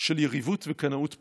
של יריבות וקנאות פוליטית.